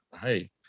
Hey